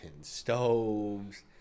stoves